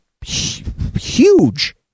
huge